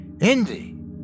indy